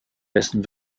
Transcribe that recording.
dessen